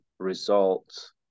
results